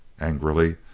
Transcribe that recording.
angrily